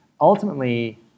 ultimately